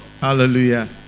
Hallelujah